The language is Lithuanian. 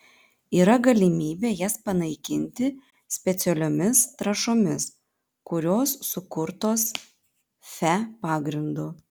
yra galimybė jas panaikinti specialiomis trąšomis kurios sukurtos fe pagrindu